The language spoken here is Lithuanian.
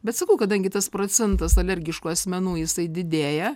bet sakau kadangi tas procentas alergiškų asmenų jisai didėja